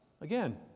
again